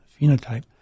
phenotype